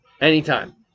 Anytime